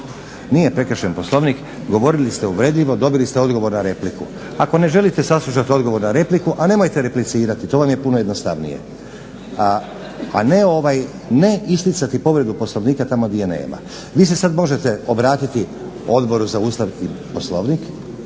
Nije prekršen Poslovnik, govorili ste uvredljivo, dobili ste odgovor na repliku. Ako ne želite saslušati odgovor na repliku a nemojte replicirati to vam je puno jednostavnije, a ne isticati povredu Poslovnika tamo di je nema. Vi se sada možete obratiti Odboru za Ustav i Poslovnik,